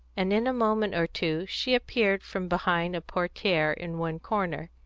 and in a moment or two she appeared from behind a portiere in one corner.